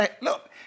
Look